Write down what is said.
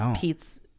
Pete's